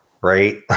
right